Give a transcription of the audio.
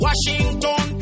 Washington